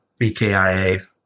BKIA